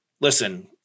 listen